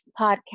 podcast